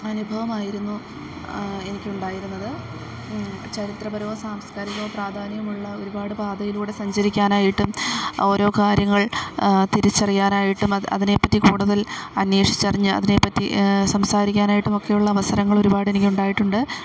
അനുഭവമായിരുന്നു എനിക്കുണ്ടായിരുന്നത് ചരിത്രപരവും സാംസ്കാരികവും പ്രാധാന്യമുള്ള ഒരുപാട് പാതയിലൂടെ സഞ്ചരിക്കാനായിട്ടും ഓരോ കാര്യങ്ങൾ തിരിച്ചറിയാനായിട്ടും അതിനെപ്പറ്റി കൂടുതൽ അന്വേഷിച്ചറിഞ്ഞ് അതിനെപ്പറ്റി സംസാരിക്കാനായിട്ടും ഒക്കെയുള്ള അവസരങ്ങൾ ഒരുപാട് എനിക്ക് ഉണ്ടായിട്ടുണ്ട്